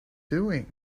doing